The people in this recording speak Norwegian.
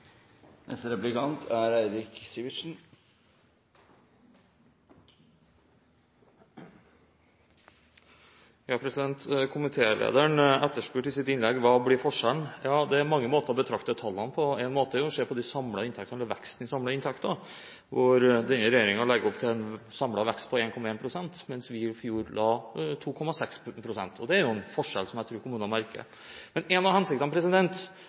i sitt innlegg hva som blir forskjellen. Ja, det er mange måter å betrakte tallene på. En måte er å se på veksten i de samlede inntektene, der denne regjeringen legger opp til en samlet vekst på 1,1 pst., men gjennomsnittet for vår regjeringsperiode var 2,6 pst. Det er en forskjell som jeg tror kommunene merker. Noe av